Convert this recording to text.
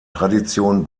tradition